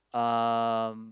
um